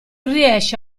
riesce